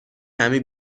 کمی